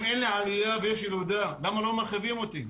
אם אין לי עליה ויש ילודה מדוע לא מרחיבים אותי?